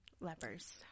lepers